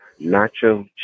nacho